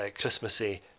Christmassy